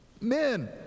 Men